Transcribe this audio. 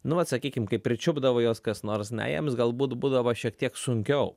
nu vat sakykim kai pričiupdavo juos kas nors ne jiems galbūt būdavo šiek tiek sunkiau